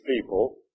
people